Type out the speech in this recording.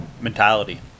mentality